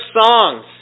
songs